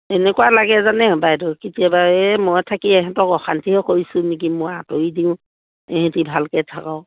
এনেকুৱা লাগে জানে বাইদেউ কেতিয়াবা এই মই থাকি ইহঁতক অশান্তিও কৰিছোঁ নেকি মই আঁতৰি দিওঁ ইহঁতি ভালকে থাকক